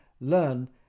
learn